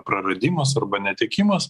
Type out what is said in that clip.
praradimas arba netekimas